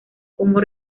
como